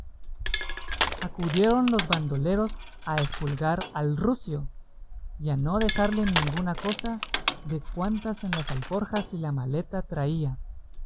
acudieron los bandoleros a espulgar al rucio y a no dejarle ninguna cosa de cuantas en las alforjas y la maleta traía